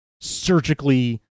surgically